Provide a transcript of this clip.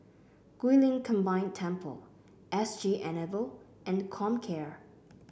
Guilin Combined Temple S G Enable and Comcare